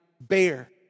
bear